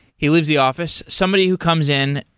he leaves the office. somebody who comes in,